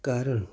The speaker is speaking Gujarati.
કારણ એક